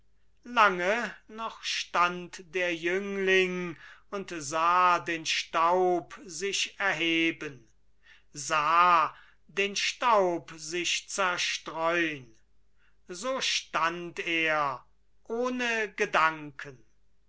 lange noch stand der jüngling und sah den staub sich erheben sah den staub sich zerstreun so stand er ohne gedanken